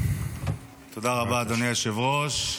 תודה רבה, אדוני היושב-ראש.